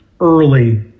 early